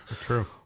True